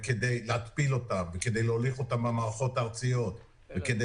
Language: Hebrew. כדי להתפיל אותם וכדי להוליך אותם למערכות הארציות וכדי